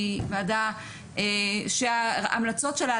שהיא ועדה שההמלצות שלה,